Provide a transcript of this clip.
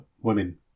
women